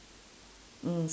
mm